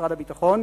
משרד הביטחון,